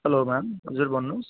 hello ma'am हजुर भन्नुहोस्